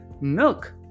milk